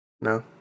No